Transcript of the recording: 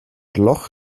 loch